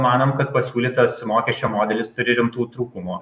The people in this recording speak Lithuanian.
manom kad pasiūlytas mokesčio modelis turi rimtų trūkumų